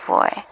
Boy